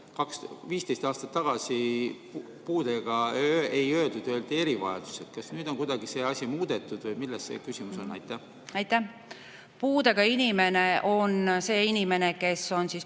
15 aastat tagasi "puudega" ei öeldud, öeldi "erivajadusega". Kas nüüd on kuidagi see asi muudetud või milles see küsimus on? Aitäh! Puudega inimene on see inimene, kes on